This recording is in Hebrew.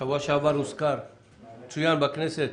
בשבוע שעבר, צוין בכנסת